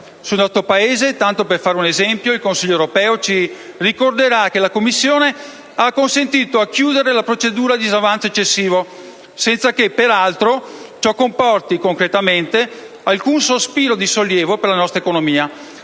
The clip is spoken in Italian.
Sul nostro Paese, tanto per fare un esempio, il Consiglio europeo ci ricorderà che la Commissione ha acconsentito a chiudere la procedura di disavanzo eccessivo, senza che peraltro ciò comporti concretamente alcun sospiro di sollievo per la nostra economia,